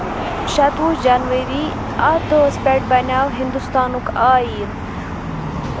شَتوُہ جنؤری اَتھ دۄہس پٮ۪ٹھ بَنیو ہِنودستانُک آیٖن